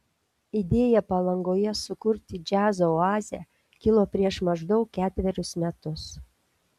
idėja palangoje sukurti džiazo oazę kilo prieš maždaug ketverius metus